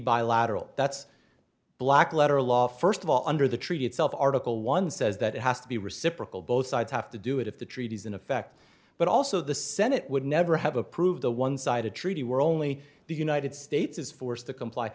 bilateral that's black letter law first of all under the treaty itself article one says that it has to be reciprocal both sides have to do it if the treaties in effect but also the senate would never have approved a one sided treaty were only the united states is forced to comply